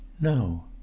No